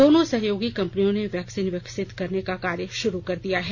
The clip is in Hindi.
दोनों सहयोगी कंपनियों ने वैक्सीन विकसित करने का कार्य शुरू कर दिया है